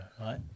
right